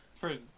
first